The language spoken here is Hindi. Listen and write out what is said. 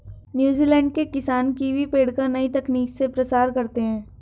न्यूजीलैंड के किसान कीवी पेड़ का नई तकनीक से प्रसार करते हैं